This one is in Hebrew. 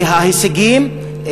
כי ההישגים,